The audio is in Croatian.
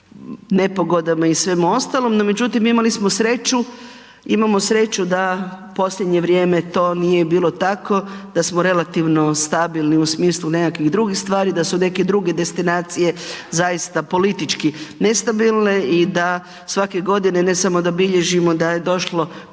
nepogodama i svemu ostalom, no međutim, imali smo sreću, imamo sreću da, posljednje vrijeme to nije bilo tako da smo relativno stabilni u smislu nekakvih drugih stvari, da su neke druge destinacije zaista politički nestabilne i da svake godine, ne samo da bilježimo da je došlo